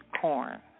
corn